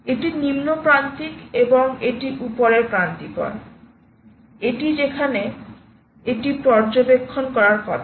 এটি নিম্ন প্রান্তিক এবং এটি উপরের প্রান্তিকর এটি যেখানে এটি পর্যবেক্ষণ করার কথা